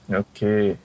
okay